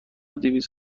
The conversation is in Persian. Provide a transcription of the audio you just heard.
دویست